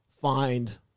find